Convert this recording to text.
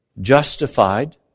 justified